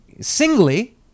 singly